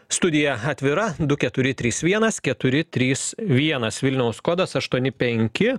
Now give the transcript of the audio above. studija atvira du keturi trys vienas keturi trys vienas vilniaus kodas aštuoni penki